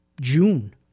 June